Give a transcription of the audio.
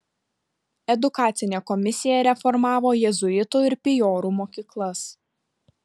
edukacinė komisija reformavo jėzuitų ir pijorų mokyklas